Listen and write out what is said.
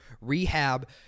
rehab